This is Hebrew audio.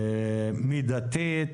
מידתית,